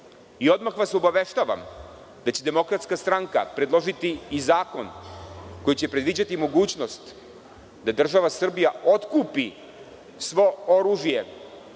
I odmah vas obaveštavam da će DS predložiti i zakon koji će predviđati mogućnost da država Srbija otkupi svo oružje